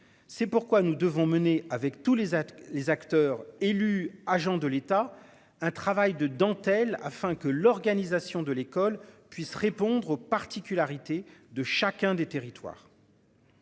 C'est pourquoi nous devons mener avec tous les, les acteurs élus, agents de l'État. Un travail de dentelle afin que l'organisation de l'école puisse répondre aux particularités de chacun des territoires.